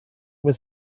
with